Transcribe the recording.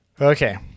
Okay